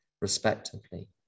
respectively